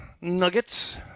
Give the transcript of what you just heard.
nuggets